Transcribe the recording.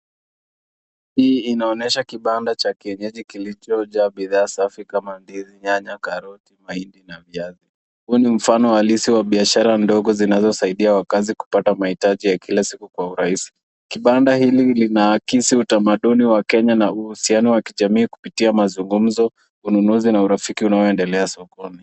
Hii inaonyesha kibanda cha kienyeji kilicho jaa bidhaa safi kama vile ma ndizi ,nyanya, karoti, mahindi na viazi. Huu ni mfano alisi wa biashara ndogo zinazo saidia wakazi kupata mahitaji ya kila siku kwa urahisi. Kibanda hili linaakisi utamaduni wa Kenya na uhisianoi wa kijamii kupitia mazungumzo, ununuzi na urafiki unaoendelea sokoni.